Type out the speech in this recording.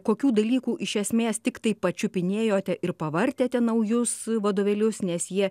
kokių dalykų iš esmės tiktai pačiupinėjote ir pavartėte naujus vadovėlius nes jie